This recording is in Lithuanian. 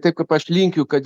taip kaip aš linkiu kad